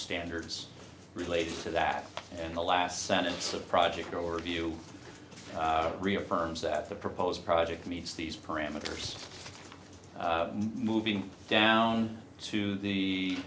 standards related to that and the last sentence of project or view reaffirms that the proposed project meets these parameters moving down to